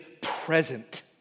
present